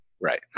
Right